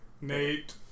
Nate